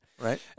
Right